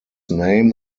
name